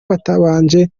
batabanje